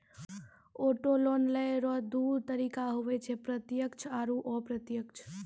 auto loan लेय रो दू तरीका हुवै छै प्रत्यक्ष आरू अप्रत्यक्ष